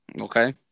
okay